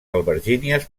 albergínies